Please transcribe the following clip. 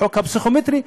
חוק הפסיכומטרי,